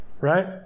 Right